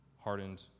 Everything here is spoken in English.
hardened